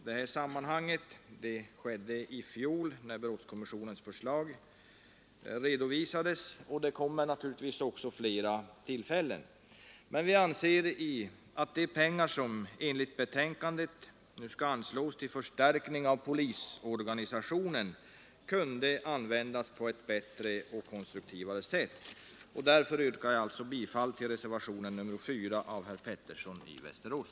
Det skedde i fjol, när brottskommissionens förslag redovisades, och det kommer naturligtvis också flera tillfällen. Men vi anser att de pengar som man enligt betänkandet vill anslå till förstärkning av polisorganisationen kunde användas på ett bättre och mer konstruktivt sätt. Därför yrkar jag bifall till reservationen 4 av herr Pettersson i Västerås.